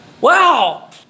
Wow